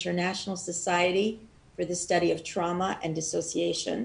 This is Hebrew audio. אינטרנשיונל סוסייאטי פור זה סטאדי אוף דרמה אנד אסוסייאשן.